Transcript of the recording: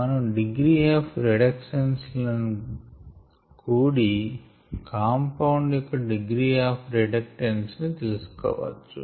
మనం degree of రిడక్టన్స్ లను కూడి కాంపౌండ్ యొక్క డిగ్రీ ఆఫ్ రిడక్టన్స్ ని తెలిసి కోవచ్చు